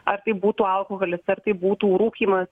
ar tai būtų alkoholis ar tai būtų rūkymas